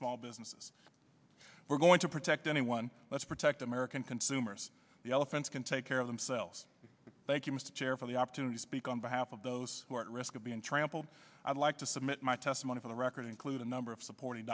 small businesses we're going to protect anyone let's protect american consumers the elephants can take care of themselves thank you mr chair for the opportunity speak on behalf of those who are at risk of being trampled i'd like to submit my testimony for the record include a number of supporting